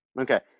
Okay